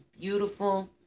beautiful